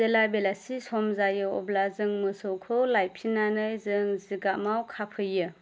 जेला बेलासि सम जायो अब्ला जों मोसौखौ लायफिन्नानै जों जिगामाव खाफैयो